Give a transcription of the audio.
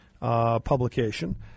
publication